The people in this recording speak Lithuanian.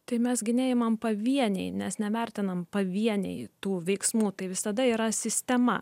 tai mes gi neimam pavieniai nes nevertinam pavieniai tų veiksmų tai visada yra sistema